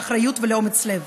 לאחריות ולאומץ לב.